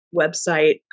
website